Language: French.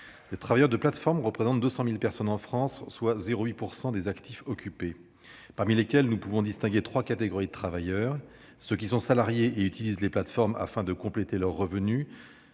Les travailleurs des plateformes représentent 200 000 personnes en France, soit 0,8 % des actifs occupés. Parmi ceux-ci, nous pouvons distinguer trois catégories de travailleurs : ceux qui sont salariés et utilisent les plateformes afin de compléter leurs revenus,